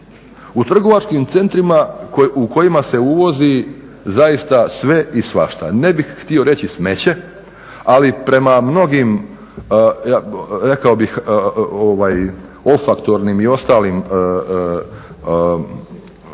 U trgovačkim centrima u kojima se uvozi zaista sve i svašta. Ne bih htio reći smeće ali prema mnogim rekao bih ofaktornim i ostalim